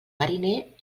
mariner